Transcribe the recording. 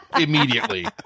immediately